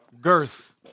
Girth